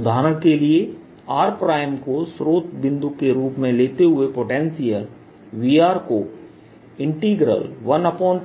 उदाहरण के लिए r को स्रोत बिंदु के रूप में लेते हुए पोटेंशियल Vr को 14π0